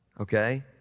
okay